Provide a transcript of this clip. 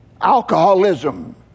alcoholism